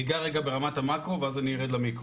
אני אגע רגע ברמת המקרו, ואז אני ארד למיקרו.